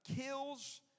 kills